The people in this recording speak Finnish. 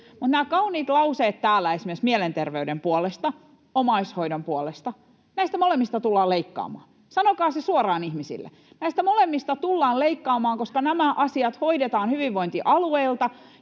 nämä kauniit lauseet täällä esimerkiksi mielenterveyden puolesta ja omaishoidon puolesta — näistä molemmista tullaan leikkaamaan, sanokaa se suoraan ihmisille. Näistä molemmista tullaan leikkaamaan, [Krista Kiuru: Näin on!] koska nämä asiat hoidetaan hyvinvointialueilla,